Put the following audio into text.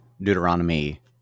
Deuteronomy